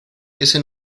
ese